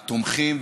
התומכים.